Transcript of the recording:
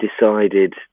decided